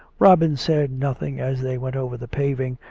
robin said nothing as they went over the paving,